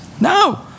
No